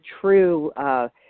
true